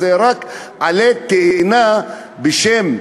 שזה רק עלה תאנה בשם.